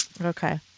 Okay